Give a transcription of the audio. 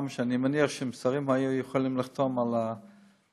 אני מניח שאם שרים היו יכולים לחתום על החוקים,